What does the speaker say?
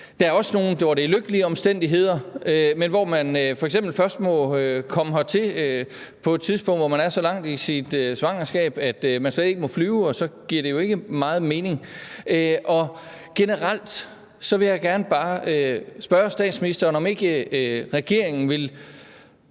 Der er også nogle historier, hvor det er lykkelige omstændigheder, men hvor man f.eks. først må komme hertil på et tidspunkt, hvor man er så langt i sit svangerskab, at man slet ikke må flyve, og så giver det jo ikke meget mening. Generelt vil jeg bare gerne spørge statsministeren, om ikke regeringen vil